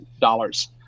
dollars